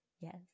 Yes